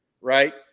right